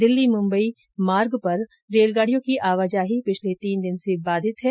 दिल्ली मुम्बई मार्ग पर रेलगाड़ियों की आवाजाही पिछले तीन दिन से बाधित है